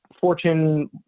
Fortune